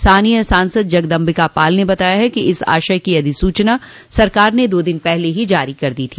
स्थानीय सांसद जगदम्बिका पाल ने बताया है कि इस आशय की अधिसूचना सरकार ने दो दिन पहले ही जारी की है